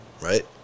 right